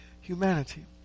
humanity